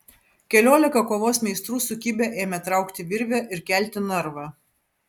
keliolika kovos meistrų sukibę ėmė traukti virvę ir kelti narvą